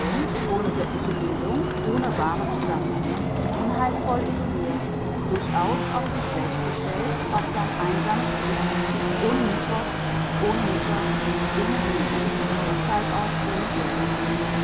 ohne göttliche bindung ohne wahre zusammenhänge unheilvoll isoliert durchaus auf sich selbst gestellt auf sein einsames ich ohne mythos ohne mütter ohne himmel und deshalb auch ohne